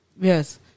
Yes